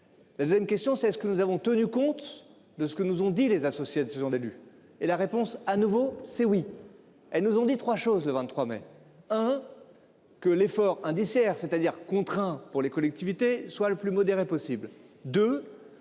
Une question, c'est ce que nous avons tenu compte de ce que nous on dit les associés de ce genre d'élus et la réponse à nouveau c'est oui. Elles nous ont dit 3 choses. Le 23 mai. Hein. Que l'effort hein. DCR c'est-à-dire contraints, pour les collectivités, soit le plus modérée possible